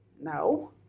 no